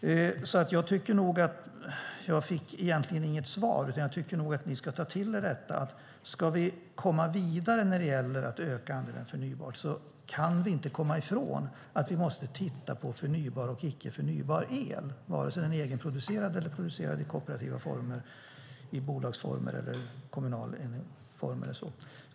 Jag tycker därför att jag inte fick något svar. Jag tycker att ni ska ta till er detta. Alltså, ska vi komma vidare när det gäller att öka andelen förnybart kan vi inte komma ifrån att vi måste titta på förnybar och icke förnybar el, vare sig den är egenproducerad eller producerad i kooperativa former, i bolagsformer eller i kommunal form.